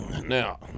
now